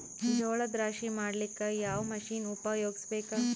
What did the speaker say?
ಜೋಳದ ರಾಶಿ ಮಾಡ್ಲಿಕ್ಕ ಯಾವ ಮಷೀನನ್ನು ಉಪಯೋಗಿಸಬೇಕು?